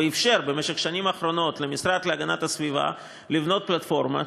ואפשר במשך השנים האחרונות למשרד להגנת הסביבה לבנות פלטפורמה,